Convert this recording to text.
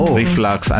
reflux